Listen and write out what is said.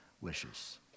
wishes